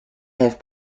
have